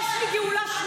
יש לי גם גאולה,